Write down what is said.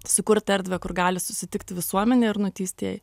sukurti erdvę kur gali susitikti visuomenė ir nuteistieji